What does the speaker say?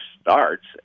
starts